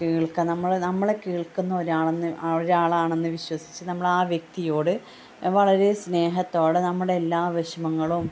കേൾക്കാൻ നമ്മൾ നമ്മളെ കേൾക്കുന്ന ഒരാൾ എന്ന ഒരാൾ ആണെന്ന് വിശ്വസിച്ച് നമ്മൾ ആ വ്യക്തിയോട് വളരെ സ്നേഹത്തോടെ നമ്മുടെ എല്ലാ വിഷമങ്ങളും